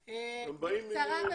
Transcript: כלום?